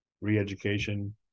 re-education